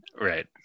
Right